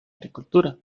agricultura